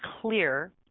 clear